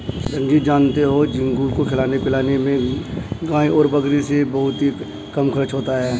रंजीत जानते हो झींगुर को खिलाने पिलाने में गाय और बकरी से बहुत ही कम खर्च होता है